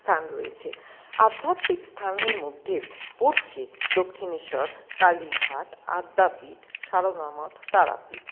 স্থান রয়েছে আধ্যাত্মিক স্থানের মধ্যে পড়ছে দক্ষিণেশ্বর কালীঘাট আদ্যাপীঠ সারদা মঠ তারাপীঠ